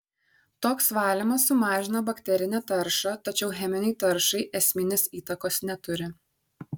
toks valymas sumažina bakterinę taršą tačiau cheminei taršai esminės įtakos neturi